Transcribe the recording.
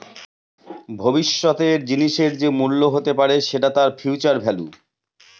ভবিষ্যতের জিনিসের যে মূল্য হতে পারে সেটা তার ফিউচার ভেল্যু